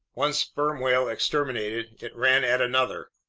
one sperm whale exterminated, it ran at another,